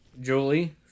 Julie